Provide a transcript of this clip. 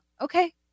okay